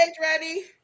ready